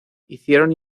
hicieron